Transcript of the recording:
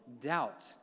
doubt